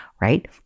right